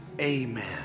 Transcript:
amen